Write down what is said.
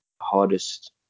hardest